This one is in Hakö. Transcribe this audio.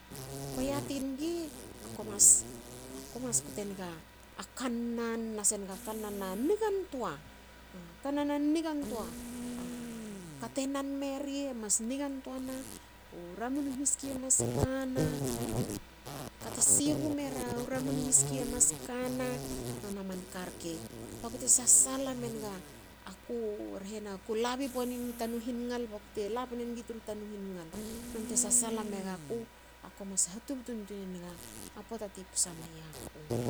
Ko yati ngi ako mas- ako mas ktenga a kannan nas enga kannan a nigantoa. A kate nan meri e mas nigantoana. u ramun u hiski emas kana. aka te siru mera ramun u hiski e mas kana. nona manka rke. Bakute sasala menga aku rhena aku labi ponin u tanu hingal bakte la pne ngi tru tanu hingal. nonte sasala megaku ako mas hatubtun tuinenga a poata ti posa miaku